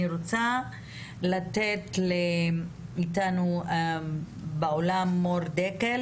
אני רוצה לתת למור דקל,